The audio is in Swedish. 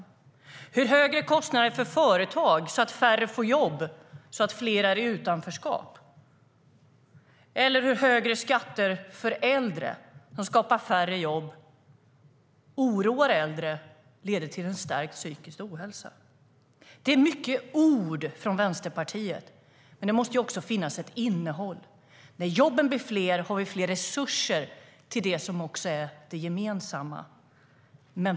Det gäller också högre kostnader för företag så att färre får jobb och att fler är i utanförskap, eller hur högre skatter för äldre som skapar färre jobb och oroar äldre leder till en stärkt kamp mot psykisk ohälsa. Det är mycket ord från Vänsterpartiet, men det måste också finnas ett innehåll. När jobben blir fler har vi mer resurser till det som är det gemensamma.